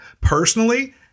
Personally